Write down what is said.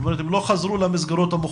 זאת אומרת הם לא חזרו למסגרות המוחרגות.